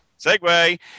Segway